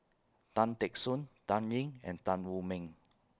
Tan Teck Soon Dan Ying and Tan Wu Meng